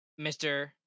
Mr